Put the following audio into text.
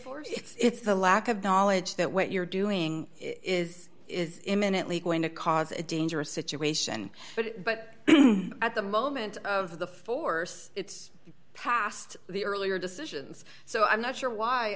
force it's the lack of knowledge that what you're doing is is imminently going to cause a dangerous situation but at the moment of the force it's past the earlier decisions so i'm not sure